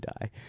die